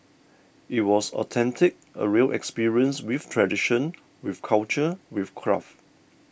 it was authentic a real experience with tradition with culture with craft